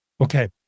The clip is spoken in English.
Okay